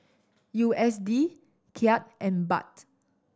U S D Kyat and Baht